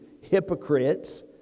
hypocrites